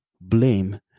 blame